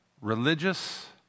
religious